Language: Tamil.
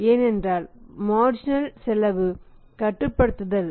ஏனென்றால் மார்ஜினல் செலவு கட்டுப்படுத்துதல்